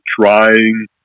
trying